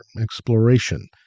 exploration